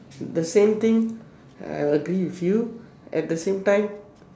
the same thing I'll agree with you at the same time